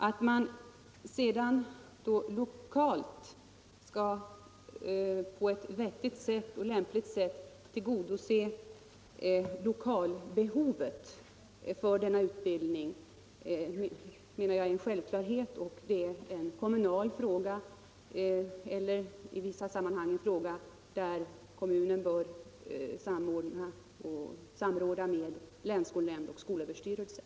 Att man sedan i varje ort skall på ett vettigt och lämpligt sätt tillgodose lokalbehovet för denna utbildning är en självklarhet. Det är en kommunal angelägenhet och i vissa sammanhang en fråga där kommunen bör samråda med länsskolnämnden och skolöverstyrelsen.